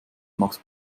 max